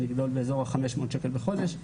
הגדלה של כ-500 שקלים לחודש,